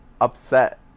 upset